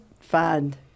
find